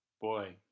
Boy